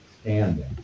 standing